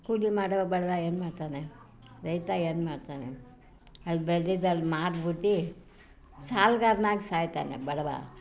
ಕೂಲಿ ಮಾಡೋ ಬಡವ ಏನು ಮಾಡ್ತಾನೆ ರೈತ ಏನು ಮಾಡ್ತಾನೆ ಅಲ್ಲಿ ಬೆಳ್ದಿದ್ದು ಅಲ್ಲಿ ಮಾರಿಬಿಟ್ಟು ಸಾಲಗಾರ್ನಾಗಿ ಸಾಯ್ತಾನೆ ಬಡವ